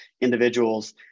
individuals